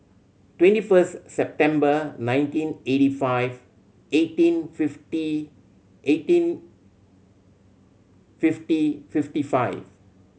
twenty first September nineteen eighty five eighteen fifty eighteen fifty fifty five